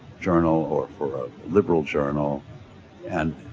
journal or for a liberal journal and